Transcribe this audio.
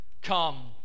Come